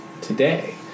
today